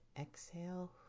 exhale